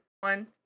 One